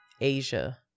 Asia